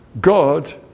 God